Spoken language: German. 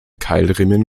keilriemen